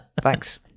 Thanks